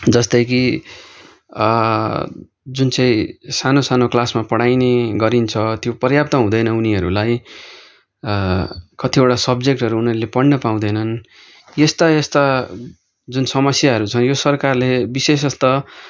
जस्तै कि जुन चाहिँ सानो सानो क्लासमा पढाइने गरिन्छ त्यो पर्याप्त हुँदैन उनीहरूलाई कतिवटा सब्जेक्टहरू उनीहरूले पढ्न पाउँदैनन् यस्ता यस्ता जुन समस्याहरू छन् यो सरकारले विशेषतः